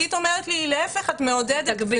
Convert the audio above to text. חגית אומרת לי: להפך, את מעודדת.